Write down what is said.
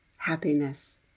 Happiness